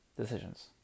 decisions